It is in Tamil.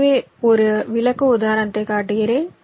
எனவே ஒரு விளக்க உதாரணத்தைக் காட்டுகிறேன்